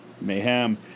Mayhem